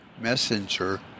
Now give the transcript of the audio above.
messenger